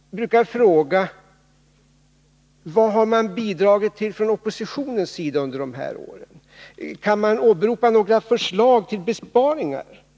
Jag brukar fråga: Vad har man från oppositionens sida bidragit med under de här åren? Kan man åberopa några förslag till besparingar?